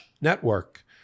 Network